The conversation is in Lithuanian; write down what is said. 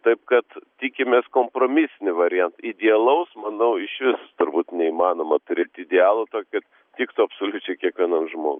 taip kad tikimės kompromisinį variantą idealaus manau išvis turbūt neįmanoma turėt idealų kad tokį tiktų absoliučiai kiekvienam žmogui